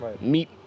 meet